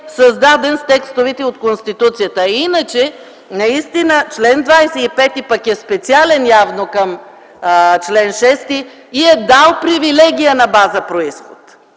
създаден с текстовете от Конституцията. Иначе, наистина чл. 25 е специален явно към чл. 6 и е дал привилегия на база произход,